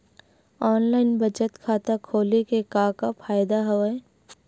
online बचत खाता खोले के का का फ़ायदा हवय